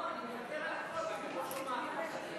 לא, אני מוותר על הכול, רק את לא שומעת אותי.